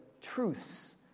truths